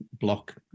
block